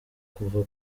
kuva